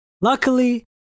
luckily